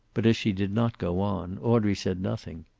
but as she did not go on, audrey said nothing.